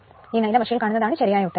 ഈ നീല മഷിയിൽ കാണുന്നതാണ് ശരിയായ ഉത്തരം